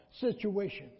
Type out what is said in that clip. situations